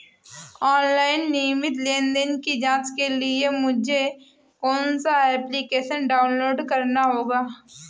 Online नियमित लेनदेन की जांच के लिए मुझे कौनसा एप्लिकेशन डाउनलोड करना होगा?